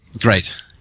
Great